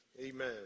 amen